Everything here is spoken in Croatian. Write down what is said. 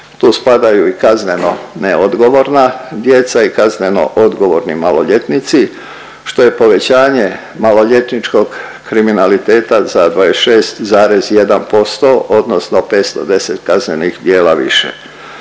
tu spadaju i kazneno neodgovorna djeca i kazneno odgovorni maloljetnici, što je povećanje maloljetničkog kriminaliteta za 26,1% odnosno 510 kaznenih djela više.